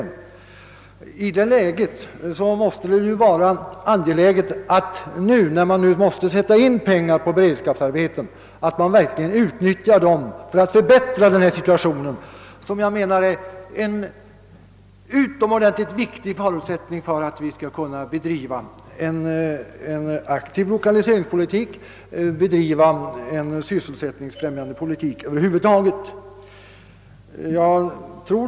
När man nu måste satsa pengar på beredskapsarbeten, måste det ju vara angeläget att man utnyttjar dem för att förbättra vägsituationen. Det anser jag vara en utomordentligt viktig förutsättning för att man skall kunna driva en aktiv lokaliseringspolitik och en sysselsättningsfrämjande politik över huvud taget.